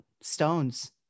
Stones